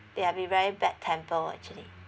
they're be very bad temper actually